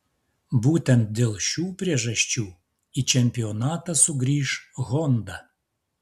būtent dėl šių priežasčių į čempionatą sugrįš honda